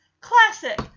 classic